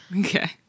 Okay